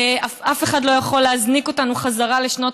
אף אחד לא יכול להזניק אותנו חזרה לשנות